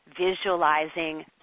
visualizing